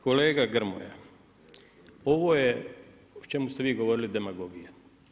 Kolega Grmoja ovo je o čemu ste vi govorili demagogija.